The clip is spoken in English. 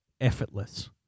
effortless